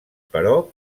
però